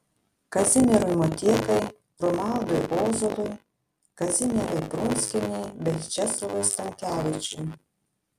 kazimierui motiekai romualdui ozolui kazimierai prunskienei bei česlovui stankevičiui